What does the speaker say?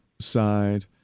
side